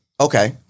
Okay